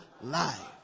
life